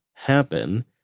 Happen